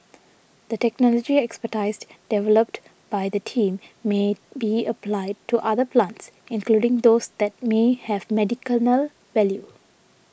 the technology expertised developed by the team may be applied to other plants including those that may have value